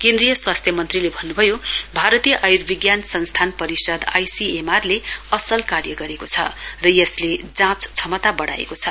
केन्द्रीय स्वास्थ्य मन्त्रीले भन्नुभयो भारतीय आयुर्विज्ञान संस्थान परिषद आईसीएमआर ले असल कार्य गरेको छ र यसले जाँच क्षमता वढ़ाएको छ